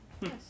Yes